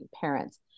parents